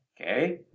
Okay